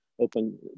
open